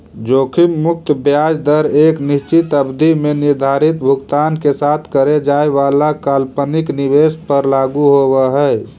जोखिम मुक्त ब्याज दर एक निश्चित अवधि में निर्धारित भुगतान के साथ करे जाए वाला काल्पनिक निवेश पर लागू होवऽ हई